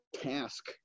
task